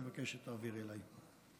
אני מבקש שתעבירי אליי.